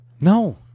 No